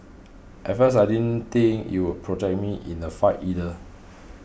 at first I didn't think it would protect me in a fight either